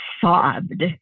sobbed